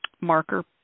marker